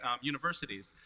universities